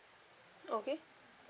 okay